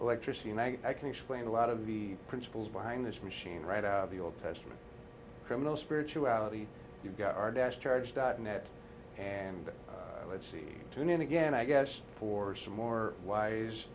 electricity and i can explain a lot of the principles behind this machine right out of the old testament criminal spirituality you guys are dash charge dot net and let's see tune in again i guess for some more wise